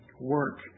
work